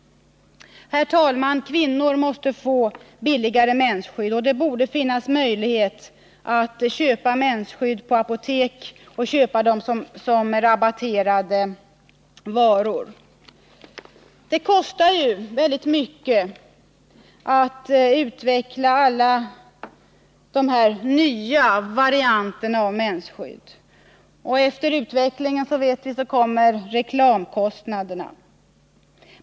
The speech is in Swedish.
Herr talman! Kvinnor måste få billigare mensskydd, och det borde finnas möjlighet att köpa mensskydd på apotek och att köpa dem som rabatterade varor. Det kostar väldigt mycket att utveckla alla de här nya varianterna av mensskydd, och efter utvecklingen kommer, som vi vet, reklamkostnaderna.